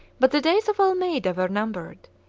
but the days of almeida were numbered.